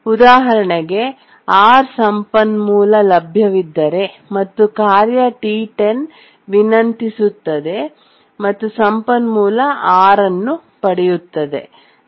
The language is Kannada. ಉದಾಹರಣೆಗೆ R ಸಂಪನ್ಮೂಲ ಲಭ್ಯವಿದ್ದರೆ ಮತ್ತು ಕಾರ್ಯ T10 ವಿನಂತಿಸುತ್ತದೆ ಮತ್ತು ಸಂಪನ್ಮೂಲ R ಅನ್ನು ಪಡೆಯುತ್ತದೆ